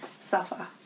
suffer